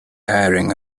hiring